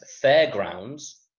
Fairgrounds